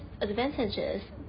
advantages